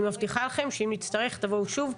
אני מבטיחה לכם שאם נצטרך לבואו שוב,